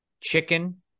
chicken